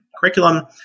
curriculum